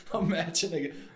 imagine